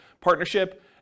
partnership